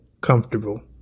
comfortable